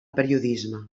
periodisme